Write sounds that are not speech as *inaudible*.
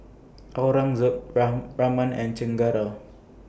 Aurangzeb *unintelligible* Raman and Chengara